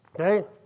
Okay